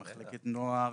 למחלקת נוער,